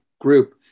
group